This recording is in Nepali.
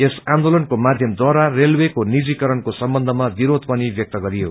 यस आन्दोलनको माध्यमद्वारा रेलवेको निजीकरणको सम्बन्धमा विरोध पनि व्यक्त गरियो